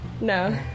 No